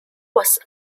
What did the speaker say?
was